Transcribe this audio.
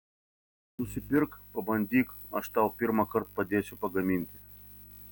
nusipirk pabandyk aš tau pirmąkart padėsiu pagaminti